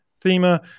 thema